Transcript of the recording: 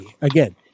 again